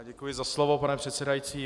Děkuji za slovo, pane předsedající.